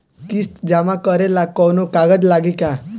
किस्त जमा करे ला कौनो कागज लागी का?